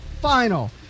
final